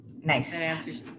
Nice